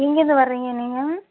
எங்கேருந்து வரறீங்க நீங்கள்